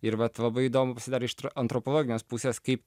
ir vat labai įdomu pasidarė iš tro antropologijos pusės kaip